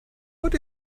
what